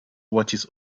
watches